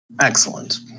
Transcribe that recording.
Excellent